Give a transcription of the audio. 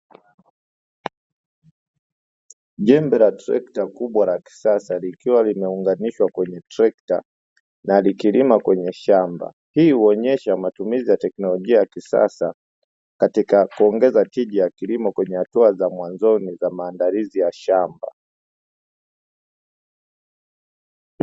Jembe la trekta kubwa la kisasa, likiwa limeunganishwa kwenye trekta, na likilima kwenye shamba, hii huonyesha matumizi ya tekinolojia ya kisasa, katika kuongeza tija ya kilimo, kwenye hatua za mwanzoni za maandalizi ya shamba.